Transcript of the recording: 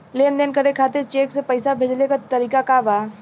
लेन देन करे खातिर चेंक से पैसा भेजेले क तरीकाका बा?